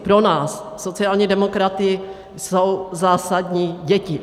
Pro nás sociální demokraty jsou zásadní děti.